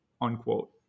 unquote